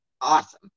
Awesome